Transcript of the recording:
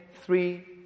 three